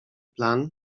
plan